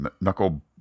knuckle